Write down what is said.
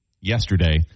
yesterday